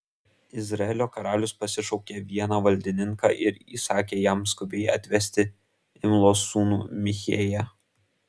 izraelio karalius pasišaukė vieną valdininką ir įsakė jam skubiai atvesti imlos sūnų michėją